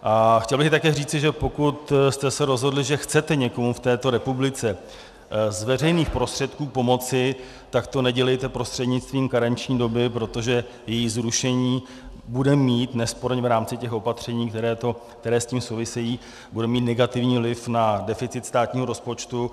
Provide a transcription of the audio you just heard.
A chtěl bych také říci, že pokud jste se rozhodli, že chcete někomu v této republice z veřejných prostředků pomoci, tak to nedělejte prostřednictvím karenční doby, protože její zrušení bude mít nesporně v rámci těch opatření, která s tím souvisejí, bude mít negativní vliv na deficit státního rozpočtu.